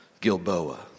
Gilboa